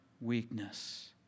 weakness